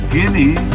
Guinea